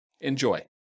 Enjoy